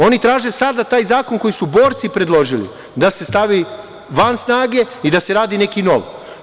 Oni traže sada taj zakon koji su borci predložili da se stavi van snage i da se radi neki novi.